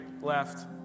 left